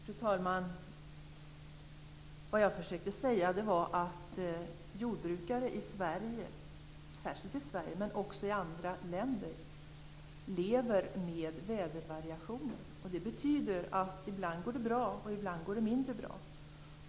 Fru talman! Vad jag försökte säga var att jordbrukare särskilt i Sverige men också i andra länder lever under vädervariationer. Det betyder att det ibland går bra, ibland mindre bra.